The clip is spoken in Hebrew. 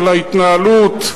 על ההתנהלות,